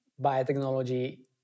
biotechnology